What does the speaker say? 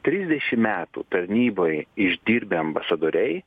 trisdešim metų tarnyboje išdirbę ambasadoriai